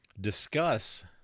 Discuss